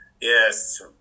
Yes